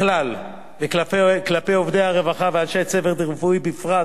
בכלל וכלפי עובדי רווחה ואנשי צוות רפואי בפרט,